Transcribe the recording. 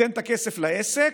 ניתן את הכסף לעסק,